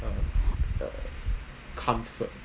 um comfort